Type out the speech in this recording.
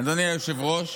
אדוני היושב-ראש,